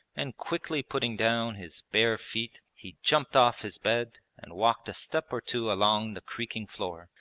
and quickly putting down his bare feet he jumped off his bed and walked a step or two along the creaking floor,